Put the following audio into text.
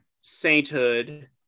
Sainthood